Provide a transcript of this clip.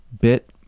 bit